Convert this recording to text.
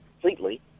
completely